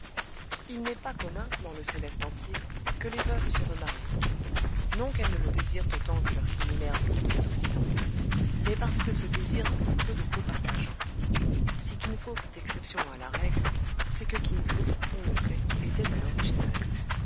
il n'est pas commun dans le céleste empire que les veuves se remarient non qu'elles ne le désirent autant que leurs similaires des contrées occidentales mais parce que ce désir trouve peu de co partageants si kin fo fit exception à la règle c'est que kin fo on le sait était un original